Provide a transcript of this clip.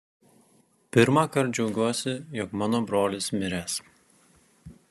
pirmąkart džiaugiuosi jog mano brolis miręs